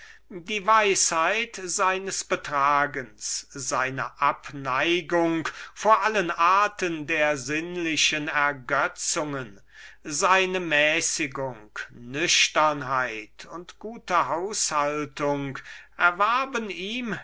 die weisheit seines betragens seine abneigung von allen arten der sinnlichen ergötzungen seine mäßigung nüchternheit und frugalität erwarben ihm